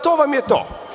To vam je to.